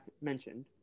mentioned